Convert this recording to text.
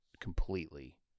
completely